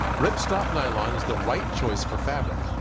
rip stop nylon is the right choice for fabric.